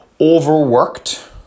overworked